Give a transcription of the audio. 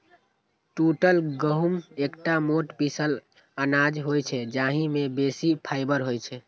टूटल गहूम एकटा मोट पीसल अनाज होइ छै, जाहि मे बेसी फाइबर होइ छै